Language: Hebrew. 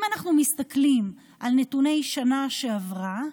אם אנחנו מסתכלים על נתוני השנה שעברה,